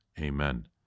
Amen